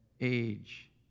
age